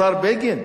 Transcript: השר בגין,